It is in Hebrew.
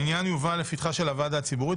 העניין יובא לפתחה של הוועדה הציבורית,